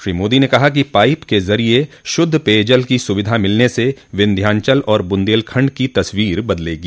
श्री मोदी ने कहा कि पाइप क जरिए शुद्ध पेय जल की सुविधा मिलने से विंध्यांचल और बुंदेलखंड की तस्वीर बदलेगी